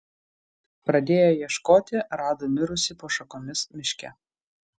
pradėję ieškoti rado mirusį po šakomis miške